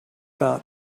not